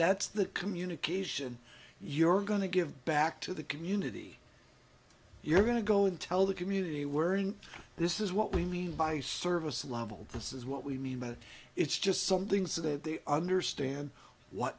that's the communication you're going to give back to the community you're going to go and tell the community we're in this is what we mean by service level this is what we mean by it it's just something so that they understand what